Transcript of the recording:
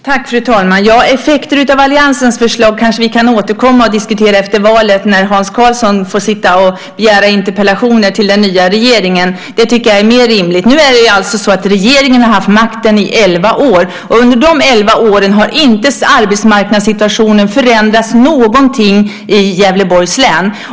Fru talman! Effekter av alliansens förslag kanske vi kan återkomma till och diskutera efter valet, när Hans Karlsson får sitta och skriva interpellationer till den nya regeringen. Det är mer rimligt. Nu har regeringen haft makten i elva år, och under de elva åren har inte arbetsmarknadssituationen förändrats någonting i Gävleborgs län.